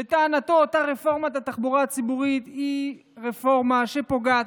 לטענתו אותה רפורמה בתחבורה ציבורית היא רפורמה שפוגעת,